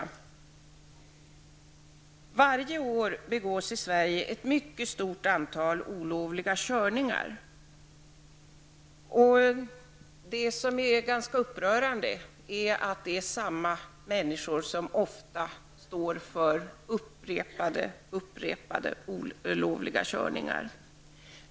Varje år förekommer ett mycket stort olovliga körningar. Det upprörande är att det i stor utsträckning är samma människor som står för upprepade olovliga körningar.